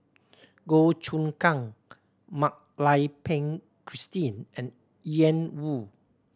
Goh Choon Kang Mak Lai Peng Christine and Yan Woo